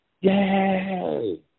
Yay